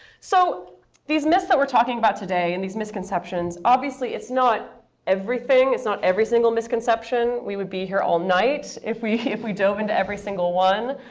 so these myths that we're talking about today, and these misconceptions obviously, it's not everything. it's not every single misconception. we would be here all night if we if we dove into every single one.